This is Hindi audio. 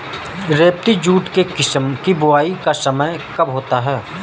रेबती जूट के किस्म की बुवाई का समय कब होता है?